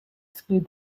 exclude